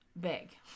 big